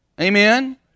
Amen